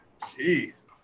Jeez